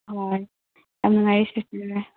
ꯑꯣ ꯌꯥꯝ ꯅꯨꯉꯥꯏꯔꯦ ꯁꯤꯁꯇꯔ